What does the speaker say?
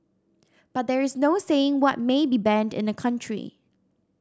but there is no saying what may be banned in a country